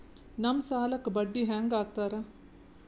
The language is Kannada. ನಮ್ ಸಾಲಕ್ ಬಡ್ಡಿ ಹ್ಯಾಂಗ ಹಾಕ್ತಾರ?